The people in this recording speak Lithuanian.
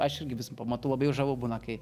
aš irgi vis pamatau labai žavu būna kai